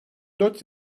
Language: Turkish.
dört